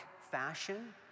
fashion